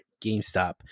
GameStop